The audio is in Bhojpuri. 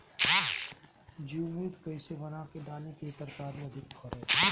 जीवमृत कईसे बनाकर डाली की तरकरी अधिक फरे?